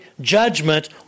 judgment